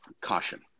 caution